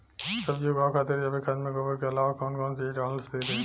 सब्जी उगावे खातिर जैविक खाद मे गोबर के अलाव कौन कौन चीज़ डालल सही रही?